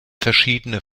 verschiedene